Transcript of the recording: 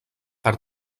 per